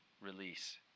release